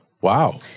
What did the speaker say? Wow